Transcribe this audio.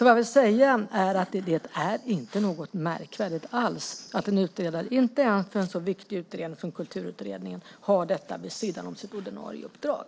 Vad jag vill säga är att det inte är något märkvärdigt alls att en utredare, inte ens för en så viktig utredning som Kulturutredningen, har detta vid sidan om sitt ordinarie uppdrag.